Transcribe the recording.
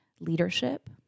Leadership